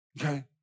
Okay